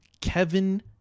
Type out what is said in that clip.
Kevin